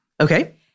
Okay